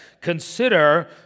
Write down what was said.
consider